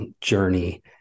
journey